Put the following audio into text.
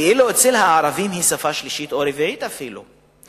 ואילו אצל הערבים היא שפה שלישית ואפילו רביעית,